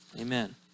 Amen